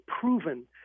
proven